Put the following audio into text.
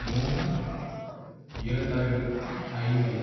மூணு இரண்டாயிரத்து ஐந்து